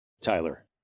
Tyler